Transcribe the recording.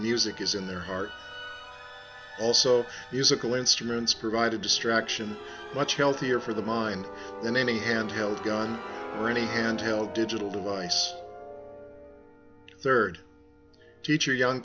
music is in their heart also musical instruments provide a distraction much healthier for the mind than any handheld gun or any and held digital device third teacher young